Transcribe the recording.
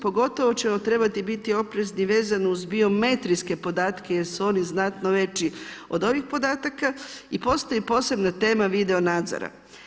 Pogotovo ćemo trebati biti oprezni vezano uz biometrijske podatke jer su oni znatno veći od ovih podataka i postoji posebna tema video nadzora.